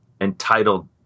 entitled